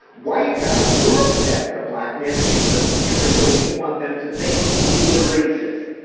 white guy, you're upset that a black man thinks something different than you want them to think. who is the racist,